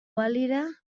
balira